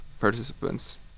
participants